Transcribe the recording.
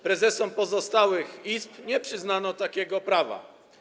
Prezesom pozostałych izb nie przyznano takiego prawa.